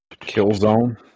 Killzone